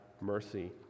mercy